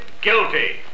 guilty